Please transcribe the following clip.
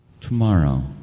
Tomorrow